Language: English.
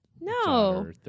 No